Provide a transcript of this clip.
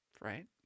Right